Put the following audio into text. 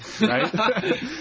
right